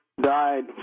died